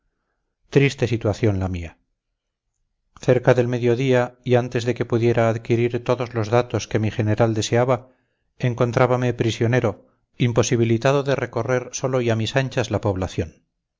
triste situación la mía cerca del medio día y antes de que pudiera adquirir todos los datos que mi general deseaba encontrábame prisionero imposibilitado de recorrer solo y a mis anchas la población